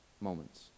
moments